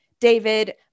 David